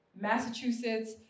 Massachusetts